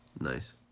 nice